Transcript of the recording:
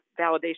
validation